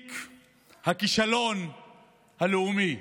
ותיק הכישלון הלאומי.